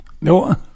No